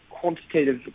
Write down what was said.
quantitative